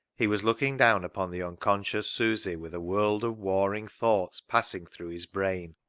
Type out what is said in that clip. he was looking down upon the unconscious susy with a world of warring thoughts passing through his brain.